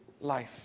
life